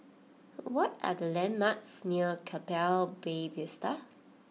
what are the landmarks near Keppel Bay Vista